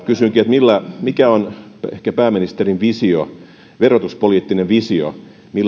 kysynkin mikä on ehkä pääministerin verotuspoliittinen visio